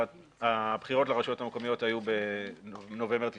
הבחירות לרשויות המקומיות היו בנובמבר 98'